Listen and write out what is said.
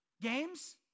Games